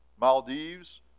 Maldives